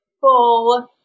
full